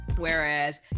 Whereas